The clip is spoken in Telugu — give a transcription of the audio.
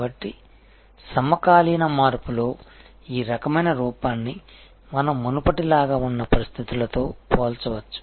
కాబట్టి సమకాలీన మార్పులో ఈ రకమైన రూపాన్ని మనం మునుపటిలాగా ఉన్న పరిస్థితులతో పోల్చవచ్చు